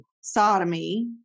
sodomy